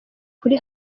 kuri